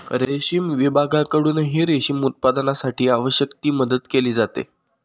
रेशीम विभागाकडूनही रेशीम उत्पादनासाठी आवश्यक ती मदत केली जाते